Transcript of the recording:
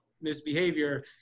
misbehavior